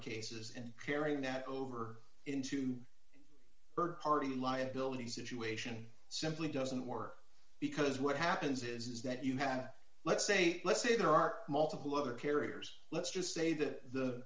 and carrying that over into her party liabilities situation simply doesn't work because what happens is that you have let's say let's say there are multiple other carriers let's just say that the